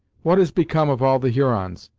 what has become of all the hurons,